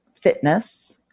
Fitness